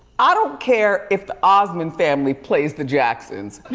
i don't care if the osmond family plays the jacksons.